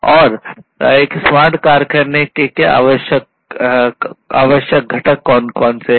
और एक स्मार्ट की कारखाने के आवश्यक घटक कौन कौन से हैं